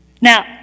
Now